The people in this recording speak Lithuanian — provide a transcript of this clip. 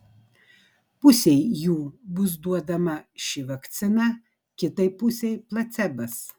pusei jų bus duodama ši vakcina kitai pusei placebas